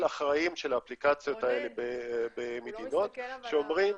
-- של האחראים על האפליקציות האלה במדינות שאומרים: